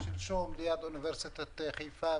שלשום ליד אוניברסיטת חיפה,